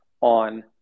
on